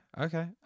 okay